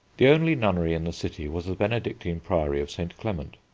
the only nunnery in the city was the benedictine priory of st. clement.